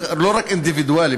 לא רק אינדיבידואלים.